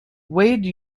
wade